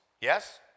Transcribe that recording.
Yes